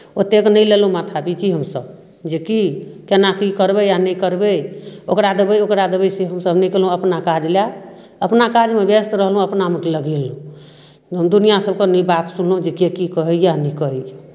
ओतेक नहि लेलहुँ माथापच्ची हमसभ जेकि केना की करबै आ नहि करबै ओकरा देबै ओकरा देबै से हमसभ नहि कयलहुँ अपना काज लए अपना काजमे ब्यस्त रहलहुँ अपनामे लगेलहुँ हम दुनिआँ सभके नहि बात सुनलहुँ जे के की कहैए आ नहि कहैए